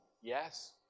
Yes